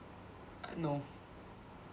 err no